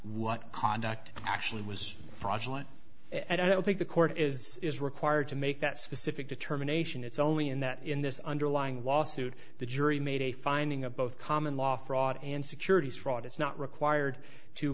what conduct actually was fraudulent and i don't think the court is is required to make that specific determination it's only in that in this underlying lawsuit the jury made a finding of both common law fraud and securities fraud it's not required t